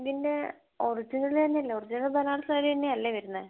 ഇതിൻ്റെ ഒറിജിനൽ തന്നെയല്ലേ ഒറിജിനൽ ബനാറസ് സാരി തന്നെയല്ലേ വരുന്നത്